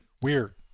Weird